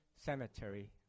cemetery